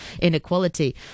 inequality